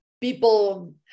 people